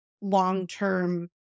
long-term